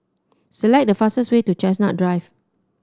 select the fastest way to Chestnut Drive